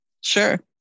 Sure